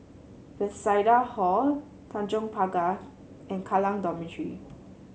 Bethesda Hall Tanjong Pagar and Kallang Dormitory